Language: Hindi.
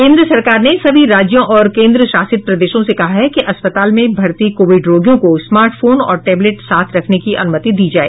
केंद्र सरकार ने सभी राज्यों और केंद्रशासित प्रदेशों से कहा है कि अस्पताल में भर्ती कोविड रोगियों को स्मार्टफोन और टेबलेट साथ रखने की अनुमति दी जाए